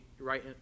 right